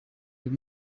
uyu